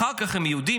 אחר כך הם יהודים,